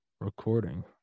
recording